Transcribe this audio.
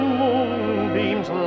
moonbeams